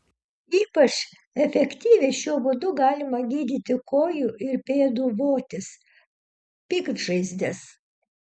ypač efektyviai šiuo būdu galima gydyti kojų ir pėdų votis piktžaizdes